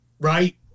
right